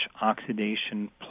oxidation